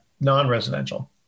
non-residential